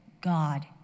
God